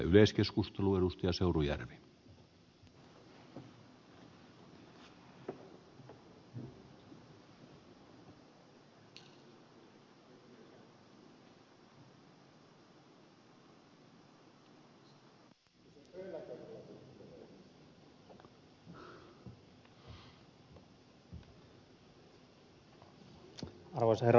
arvoisa herra puhemies